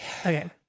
Okay